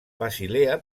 basilea